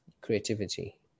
Creativity